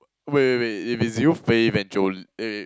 wait wait wait if it's you Faith and Jol~ eh